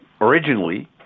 originally